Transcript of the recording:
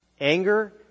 Anger